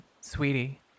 sweetie